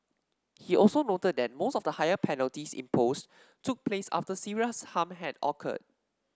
he also noted that most of the higher penalties imposed took place after serious harm had occurred